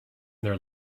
their